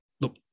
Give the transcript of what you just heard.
Look